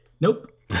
nope